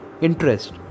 interest